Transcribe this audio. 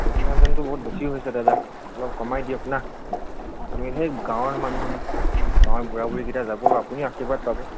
seven থাউজেণ্ডটো বহুত বেছি হৈছে দাদা অলপ কমাই দিয়ক না আমি সেই গাঁৱৰ মানুহহে গাঁৱৰ বুঢ়া বুঢ়ী কেইটা যাব আৰু আপুনিও আশীৰ্বাদ পাব